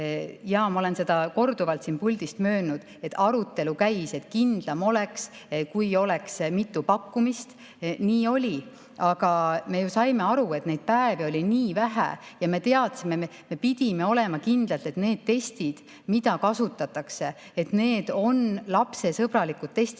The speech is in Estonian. jaa, ma olen seda korduvalt siin puldis möönnud, et käis arutelu, et kindlam oleks, kui oleks mitu pakkumist. Nii oli. Aga me ju saime aru, et neid päevi oli nii vähe. Ja me pidime olema kindlad, et need testid, mida kasutatakse, on lapsesõbralikud testid.